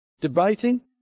Debating